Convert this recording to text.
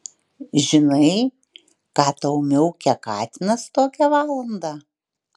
žinai ką tau miaukia katinas tokią valandą